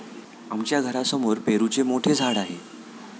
आमच्या घरासमोर पेरूचे मोठे झाड आहे